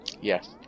Yes